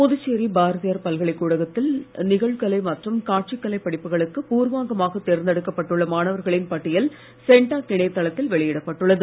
புதுச்சேரி பாரதியார் பல்கலைக்கூடத்தில் நிகழ்கலை மற்றும் காட்சிக்கலை படிப்புகளுக்கு பூர்வாங்கமாக தேர்ந்தெடுக்கப்பட்டுள்ள மாணவர்களின் பட்டியல் சென்டாக் இணையதளத்தில் வெளியிடப்பட்டுள்ளது